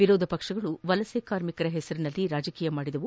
ವಿರೋಧ ಪಕ್ಷಗಳು ವಲಸೆ ಕಾರ್ಮಿಕರ ಹೆಸರಿನಲ್ಲಿ ರಾಜಕೀಯ ಮಾಡಿದವು